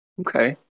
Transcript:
Okay